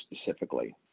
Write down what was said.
specifically